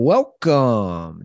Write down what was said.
Welcome